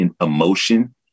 emotion